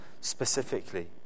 specifically